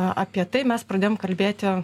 apie tai mes pradėjom kalbėti